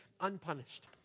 unpunished